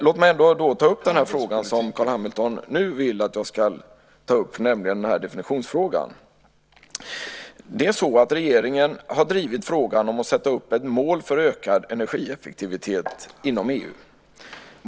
Låt mig ändå ta upp den fråga som Carl Hamilton nu vill att jag ska ta upp, nämligen definitionsfrågan. Regeringen har drivit frågan om att sätta upp ett mål för ökad energieffektivitet inom EU.